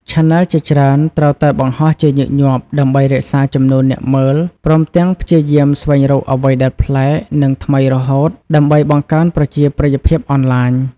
ឆានែលជាច្រើនត្រូវតែបង្ហោះជាញឹកញាប់ដើម្បីរក្សាចំនួនអ្នកមើល ព្រមទាំងព្យាយាមស្វែងរកអ្វីដែលប្លែក និងថ្មីរហូតដើម្បីបង្កើនប្រជាប្រិយភាពអនឡាញ។